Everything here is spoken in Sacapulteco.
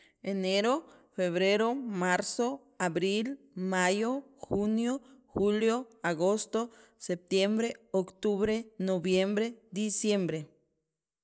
enero, febrero, marzo, abril, mayo, junio, julio, agosto, septiembre, octubre, noviembre, diciembre